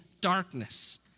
darkness